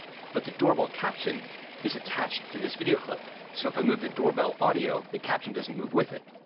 but the doorbell caption is attached to this video clip. so if i move the doorbell audio the caption doesn't move with it,